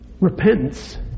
repentance